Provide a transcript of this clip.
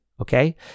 Okay